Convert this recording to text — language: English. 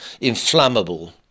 inflammable